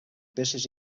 peces